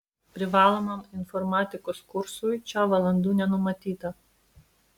privalomam informatikos kursui čia valandų nenumatyta